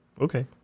Okay